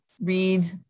read